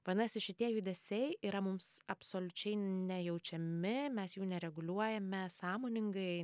vadinasi šitie judesiai yra mums absoliučiai nejaučiami mes jų nereguliuojame sąmoningai